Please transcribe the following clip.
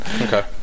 Okay